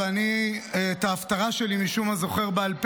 ואני את ההפטרה שלי משום מה זוכר בעל פה,